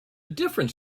different